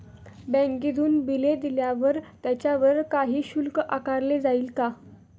बँकेतून बिले दिल्यावर त्याच्यावर काही शुल्क आकारले जाईल का?